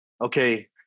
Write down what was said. okay